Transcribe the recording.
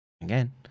Again